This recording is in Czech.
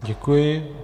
Děkuji.